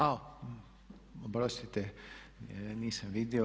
A oprostite, nisam vidio.